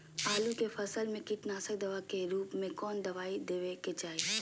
आलू के फसल में कीटनाशक दवा के रूप में कौन दवाई देवे के चाहि?